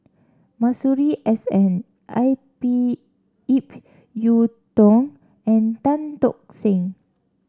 Masuri S N I P Ip Yiu Tung and Tan Tock Seng